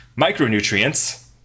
micronutrients